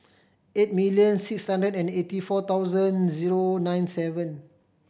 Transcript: eight million six hundred and eighty four thousand zero nine seven